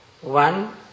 One